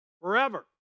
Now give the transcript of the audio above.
forever